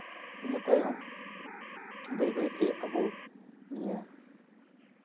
ᱤᱱᱟᱹ ᱛᱟᱭᱚᱢ ᱵᱟᱹᱭ ᱵᱟᱹᱭᱛᱮ ᱟᱵᱚ ᱱᱤᱭᱟᱹ